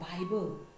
Bible